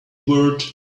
world